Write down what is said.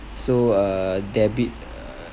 so err debit uh